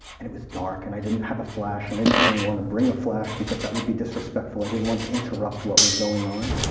and it was dark, and i didn't have a flash, and didn't even want to bring a flash because that would be disrespectful. i didn't want to interrupt what was going on.